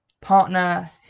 partner